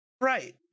Right